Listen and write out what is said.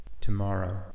tomorrow